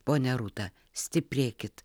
ponia rūta stiprėkit